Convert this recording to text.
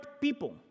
people